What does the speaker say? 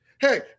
Hey